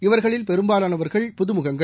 இவர்களில் பெரும்பாலானவர்கள் புது முகங்கள்